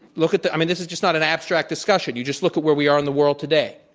look at the this is just not an abstract discussion. you just look at where we are in the world today.